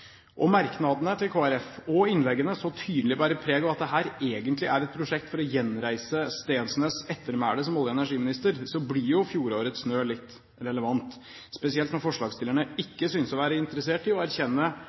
dag, merknadene til Kristelig Folkeparti og innleggene så tydelig bærer preg av at dette egentlig er et prosjekt for å gjenreise Steensnæs' ettermæle som olje- og energiminister, blir jo fjorårets snø litt relevant, spesielt når forslagsstillerne for det første ikke synes å være interessert i å erkjenne